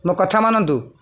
ମୋ କଥା ମାନନ୍ତୁ